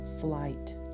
flight